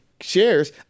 shares